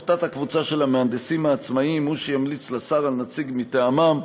תת-הקבוצה של המהנדסים העצמאים הוא שימליץ לשר על נציג מטעמם.